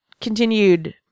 continued